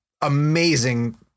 amazing